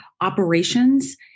operations